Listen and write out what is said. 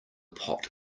pot